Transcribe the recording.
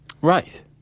Right